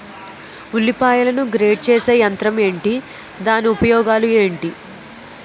ఉల్లిపాయలను గ్రేడ్ చేసే యంత్రం ఏంటి? దాని ఉపయోగాలు ఏంటి?